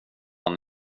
han